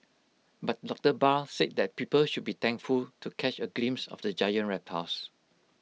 but doctor Barr said that people should be thankful to catch A glimpse of the giant reptiles